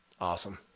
awesome